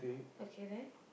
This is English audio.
okay then